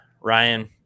Ryan